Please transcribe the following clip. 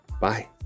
Bye